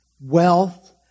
Wealth